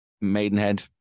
Maidenhead